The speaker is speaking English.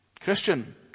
Christian